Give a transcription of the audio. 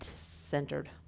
centered